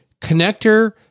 connector